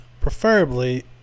preferably